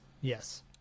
yes